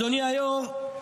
אדוני היו"ר,